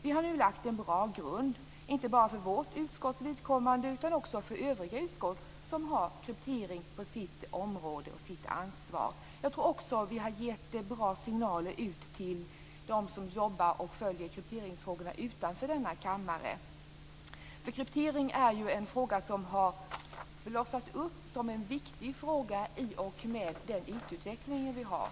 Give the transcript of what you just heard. Vi har nu lagt en bra grund inte bara för vårt utskotts vidkommande utan också för övriga utskott som har kryptering på sitt område och sitt ansvar. Jag tror också att vi har gett bra signaler ut till dem som jobbar och följer krypteringsfrågorna utanför denna kammare. Kryptering har blossat upp som en viktig fråga i och med den IT-utveckling vi har.